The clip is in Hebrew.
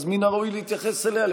מן הראוי להתייחס אליה,